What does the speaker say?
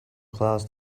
class